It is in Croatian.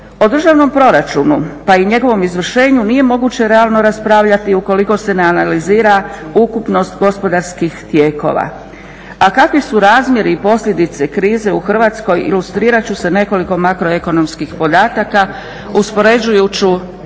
O državnom proračunu pa i njegovom izvršenju nije moguće realno raspravljati ukoliko se ne analizira ukupnost gospodarskih tijekova. A kakvi su razmjeri i posljedice krize u Hrvatskoj ilustrirat ću sa nekoliko makroekonomskih podataka, uspoređujući